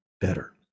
better